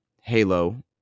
Halo